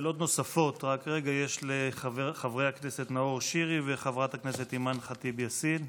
שאלות נוספות יש לחברי הכנסת נאור שירי וחברת הכנסת אימאן ח'טיב יאסין.